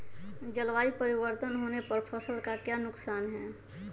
जलवायु परिवर्तन होने पर फसल का क्या नुकसान है?